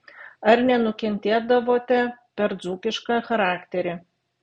ar nenukentėdavote per dzūkišką charakterį